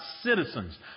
citizens